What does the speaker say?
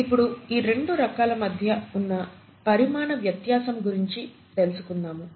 ఇప్పుడు ఈ రెండు రకాల మధ్య ఉన్న పరిమాణ వ్యత్యాసము గురించి తెలుసుకుందాము